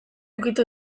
ukitu